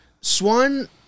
swan